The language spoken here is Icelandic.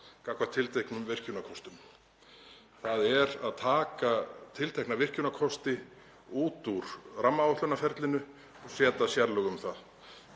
gagnvart tilteknum virkjunarkostum, þ.e. að taka tiltekna virkjunarkosti út úr rammaáætlunarferlinu og setja sérlög um það.